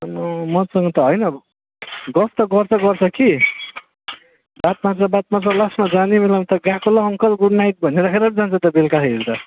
मसँग त होइन गफ त गर्छ गर्छ कि बात मार्दा बात मार्दा लास्टमा जाने बेलामा त गएको ल अङ्कल गुड नाइट भनिराखेर पो जान्छ त बेलुकाखेरि त